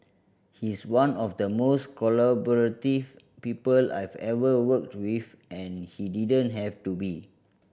he's one of the most collaborative people I've ever worked with and he didn't have to be